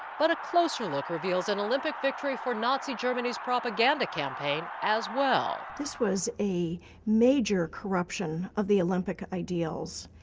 but a closer look reveals an olympic victory for nazi germany's propaganda campaign as well. bloomfield this was a major corruption of the olympic ideals.